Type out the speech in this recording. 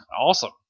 Awesome